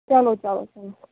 چلو چلو چلو